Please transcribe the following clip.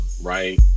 right